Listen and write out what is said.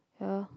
yeah